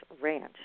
Ranch